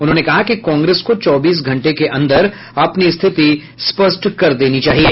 उन्होंने कहा कि कांग्रेस को चौबीस घंटे के अंदर अपनी स्थिति स्पष्ट कर देनी चाहिए